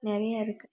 நிறையா இருக்கு